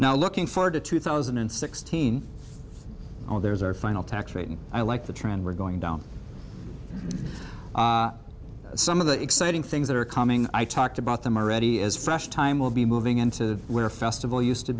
now looking forward to two thousand and sixteen all there is our final tax rate and i like the trend we're going down some of the exciting things that are coming i talked about them already is fresh time will be moving in to where festival used to